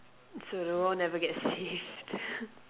so the world never gets saved